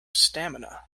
stamina